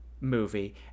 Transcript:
movie